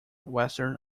western